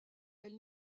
elle